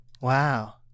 wow